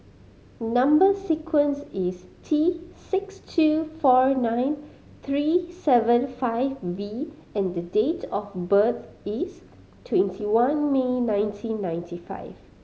number sequence is T six two four nine three seven five V and the date of birth is twenty one May nineteen ninety five